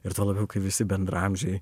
ir tuo labiau kai visi bendraamžiai